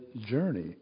journey